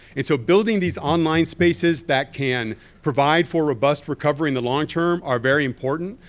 and so building these online spaces that can provide for robust recovery in the longterm are very important.